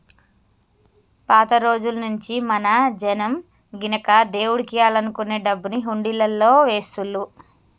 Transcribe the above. పాత రోజుల్నుంచీ మన జనం గినక దేవుడికియ్యాలనుకునే డబ్బుని హుండీలల్లో వేస్తుళ్ళు